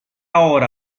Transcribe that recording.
ora